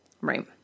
Right